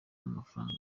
w’amafaranga